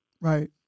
Right